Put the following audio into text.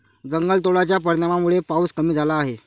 जंगलतोडाच्या परिणामामुळे पाऊस कमी झाला आहे